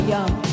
Young